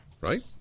Right